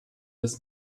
des